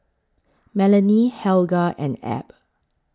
Melanie Helga and Ab